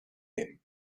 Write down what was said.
him